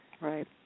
Right